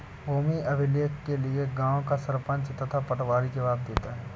भूमि अभिलेख के लिए गांव का सरपंच तथा पटवारी जवाब देते हैं